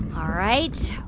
all right.